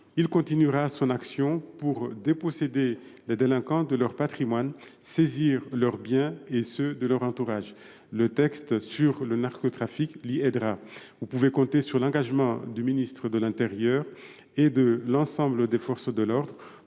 Il continuera son action pour déposséder les délinquants de leur patrimoine, saisir leurs biens et ceux de leur entourage. Le texte sur le narcotrafic l’y aidera. Madame la sénatrice, vous pouvez compter sur l’engagement du ministre de l’intérieur et de l’ensemble des forces de l’ordre